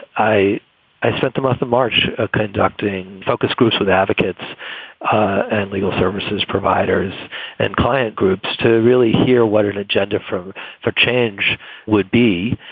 i i spent the month of march ah conducting focus groups with advocates and legal services providers and client groups to really hear what an agenda from the change would be.